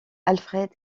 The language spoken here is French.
alfred